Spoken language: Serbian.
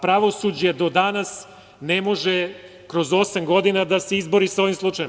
Pravosuđe do danas ne može kroz osam godina da se izbori sa ovim slučajem.